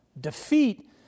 defeat